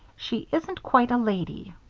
she isn't quite a lady.